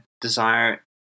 desire